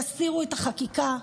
תסירו את החקיקה,